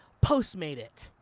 postmate it.